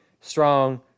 strong